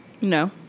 No